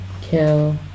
Kill